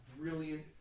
brilliant